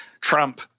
Trump